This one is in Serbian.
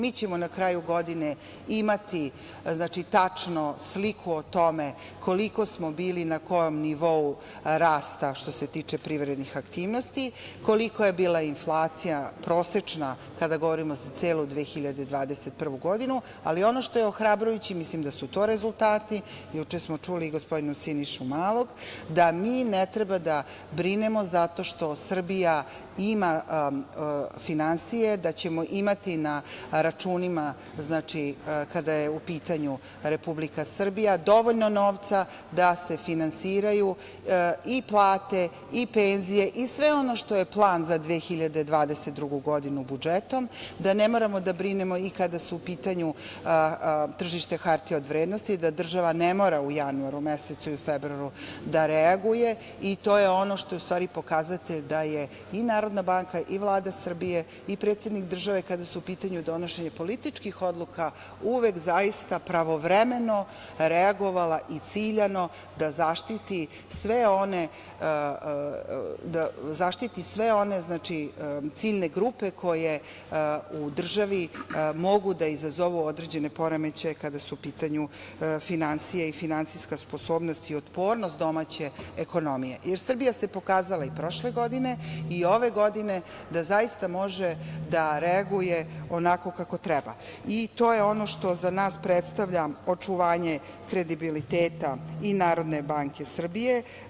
Mi ćemo na kraju godine imati tačno sliku o tome koliko smo bili na kom nivou rasta što se tiče privrednih aktivnosti, kolika je bila inflacija prosečna kada govorimo za celu 2021. godinu, ali ono što je ohrabrujuće, mislim da su to rezultati, juče smo čili i gospodina Sinišu Malog, da mi ne treba da brinemo zato što Srbija ima finansije, da ćemo imati na računima kada je u pitanju Republika Srbija dovoljno novca da se finansiraju i plate i penzije i sve ono što je plan za 2022. godinu budžetom, da ne moramo da brinemo i kada su u pitanju tržišta hartija od vrednosti, da država ne mora u januari i februaru mesecu da reaguje i to je ono što je u stvari pokazatelj da je i Narodna banka i Vlada Srbije i predsednik države kada je u pitanju donošenje političkih odluka uvek zaista pravovremeno reagovala i ciljano da zaštiti sve one ciljne grupe koje u državi mogu da izazovu određene poremećaje kada su u pitanju finansije i finansijska sposobnost i otpornost domaće ekonomije, jer Srbija se pokazala i prošle i ove godine da zaista može da reaguje onako kako treba i to je ono što za nas predstavlja očuvanje kredibiliteta i Narodne banke Srbije.